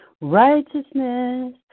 righteousness